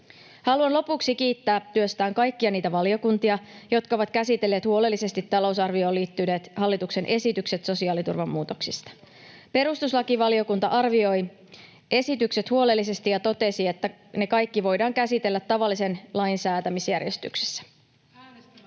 Haluan lopuksi kiittää työstään kaikkia niitä valiokuntia, jotka ovat käsitelleet huolellisesti talousarvioon liittyneet hallituksen esitykset sosiaaliturvan muutoksista. Perustuslakivaliokunta arvioi esitykset huolellisesti ja totesi, että ne kaikki voidaan käsitellä tavallisen lain säätämisjärjestyksessä.